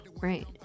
Right